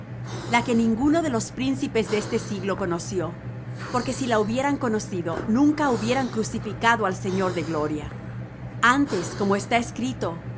la que ninguno de los príncipes de este siglo conoció porque si la hubieran conocido nunca hubieran crucificado al señor de gloria antes como está escrito